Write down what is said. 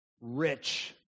rich